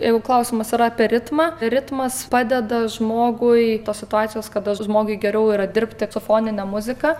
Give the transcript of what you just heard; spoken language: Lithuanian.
jeigu klausimas yra apie ritmą ritmas padeda žmogui tos situacijos kada žmogui geriau yra dirbti su fonine muzika